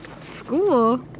School